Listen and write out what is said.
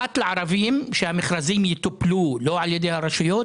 אחת לערבים, שהמכרזים יטופלו לא על ידי הרשויות,